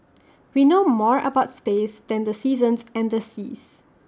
we know more about space than the seasons and the seas